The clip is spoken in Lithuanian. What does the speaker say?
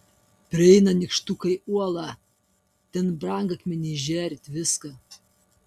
prieina nykštukai uolą ten brangakmeniai žėri tviska